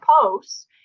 posts